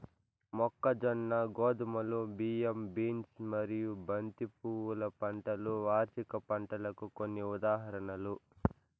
మొక్కజొన్న, గోధుమలు, బియ్యం, బీన్స్ మరియు బంతి పువ్వుల పంటలు వార్షిక పంటలకు కొన్ని ఉదాహరణలు